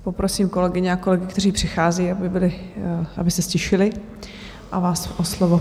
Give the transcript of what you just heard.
Poprosím kolegyně a kolegy, kteří přicházejí, aby se ztišili, a vás o slovo.